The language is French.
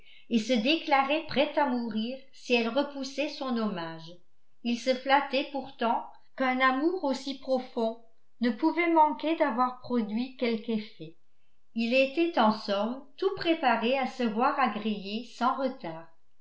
et se déclarait prêt à mourir si elle repoussait son hommage il se flattait pourtant qu'un amour aussi profond ne pouvait manquer d'avoir produit quelque effet il était en somme tout préparé à se voir agréé sans retard